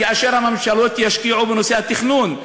כאשר הממשלות ישקיעו בנושא התכנון,